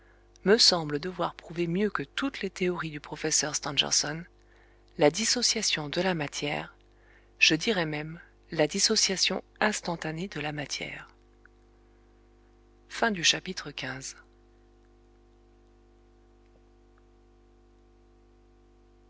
me semble devoir prouver mieux que toutes les théories du professeur stangerson la dissociation de la matière je dirai même la dissociation instantanée de la matière